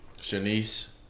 Shanice